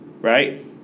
right